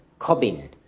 Kobin